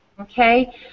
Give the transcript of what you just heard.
okay